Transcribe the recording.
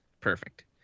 Perfect